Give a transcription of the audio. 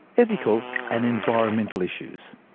ethical and environmental issues.